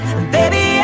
Baby